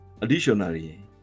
Additionally